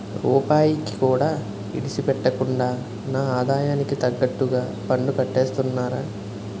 రూపాయికి కూడా ఇడిసిపెట్టకుండా నా ఆదాయానికి తగ్గట్టుగా పన్నుకట్టేస్తున్నారా